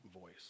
voice